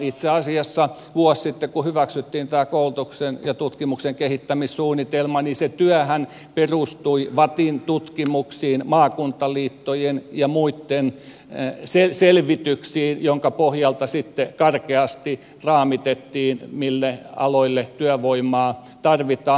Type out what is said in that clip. itse asiassa kun vuosi sitten hyväksyttiin tämä koulutuksen ja tutkimuksen kehittämissuunnitelma se työhän perustui vattin tutkimuksiin maakuntaliittojen ja muitten selvityksiin joiden pohjalta sitten karkeasti raamitettiin mille aloille työvoimaa tarvitaan